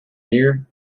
near